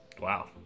Wow